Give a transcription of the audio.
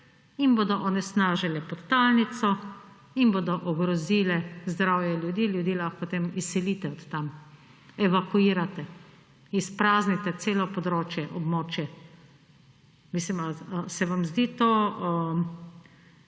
in bodo onesnažile podtalnico in bodo ogrozile zdravje ljudi, ljudi potem izselite od tam, evakuirate, izpraznite celo območje. Mislim! Ali se vam zdi to